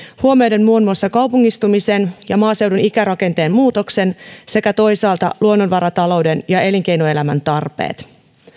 huomioiden muun muassa kaupungistumisen ja maaseudun ikärakenteen muutoksen sekä toisaalta luonnonvaratalouden ja elinkeinoelämän tarpeet